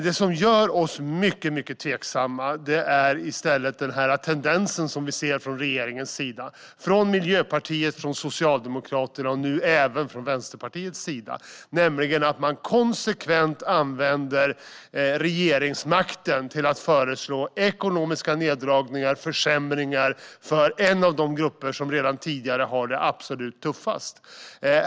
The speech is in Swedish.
Det som gör oss mycket, mycket tveksamma är i stället den tendens som vi ser från Miljöpartiet och Socialdemokraterna och nu även från Vänsterpartiet, nämligen att man konsekvent använder regeringsmakten till att föreslå ekonomiska neddragningar och försämringar för en av de grupper som redan sedan tidigare har det absolut tuffast.